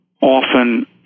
often